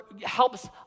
helps